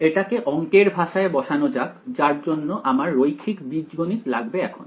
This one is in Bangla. এটাকে অংকের ভাষায় বসানো যাক যার জন্য আমার রৈখিক বীজগণিত লাগবে এখন